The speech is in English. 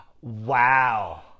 Wow